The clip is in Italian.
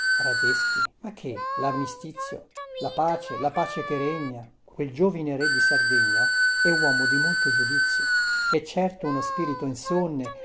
parigi radetzky ma che larmistizio la pace la pace che regna quel giovine re di sardegna è uomo di molto giudizio è certo uno spirito insonne